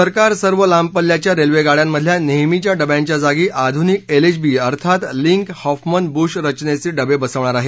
सरकार सर्व लांब पल्ल्याच्या रेल्वेगाड्यांमधल्या नेहमीच्या डब्यांच्या जागी आधुनिक एलएचबी अर्थात लिंक हॉफमन बुश रचनेचे डबे बसवणार आहे